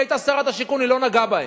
היא היתה שרת השיכון ולא נגעה בהם.